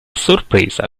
sorpresa